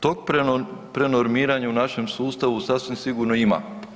Tog prenormiranja u našem sustavu sasvim sigurno ima.